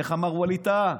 איך אמר ווליד טאהא?